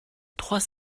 trois